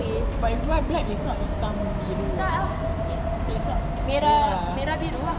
but if you wear black is not hitam biru is not merah